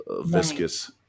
viscous